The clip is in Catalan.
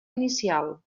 inicial